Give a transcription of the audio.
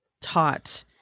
taught